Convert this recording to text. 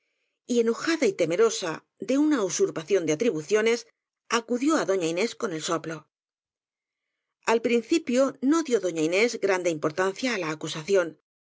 y enojada y temerosa de una usurpación de atribuciones acudió á doña ines con el soplo al principio no dió doña inés grande importan cia á la acusación